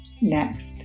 next